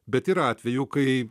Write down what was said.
bet yra atvejų kai